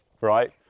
right